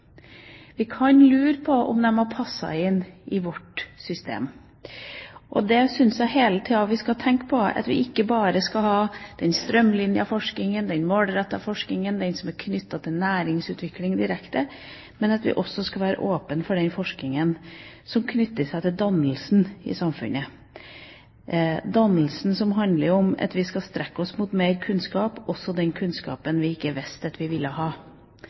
Vi kan lure på om de hadde passet inn i vårt system. Jeg syns vi hele tida skal tenke på at vi ikke bare skal ha den strømlinjeformede forskningen, den målrettede forskningen, den som er knyttet til næringsutvikling direkte, men at vi også skal være åpne for den forskningen som knytter seg til dannelsen i samfunnet – dannelsen som handler om at vi skal strekke oss mot mer kunnskap, også den kunnskapen vi ikke visste at vi ville ha.